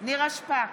נירה שפק,